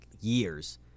years